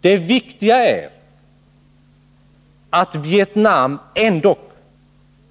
Det viktiga är att Vietnam ändock